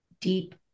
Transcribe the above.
deep